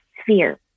sphere